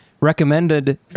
recommended